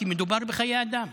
כי מדובר בחיי אדם.